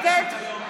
משה אבוטבול,